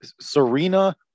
Serena